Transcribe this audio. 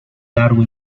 largo